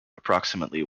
approximately